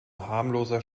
harmloser